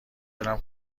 تونم